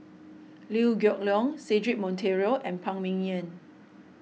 Liew Geok Leong Cedric Monteiro and Phan Ming Yen